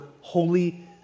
holy